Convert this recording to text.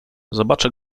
zobaczy